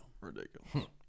Ridiculous